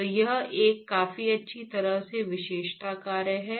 तो यह एक काफी अच्छी तरह से विशेषता कार्य है